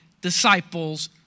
disciples